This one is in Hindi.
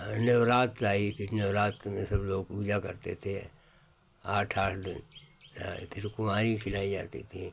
नवरात्र आई फिर नवरात्र में सब लोग पूजा करते थे आठ आठ दिन हाँ किसी कुँवारी खिलाई जाती थीं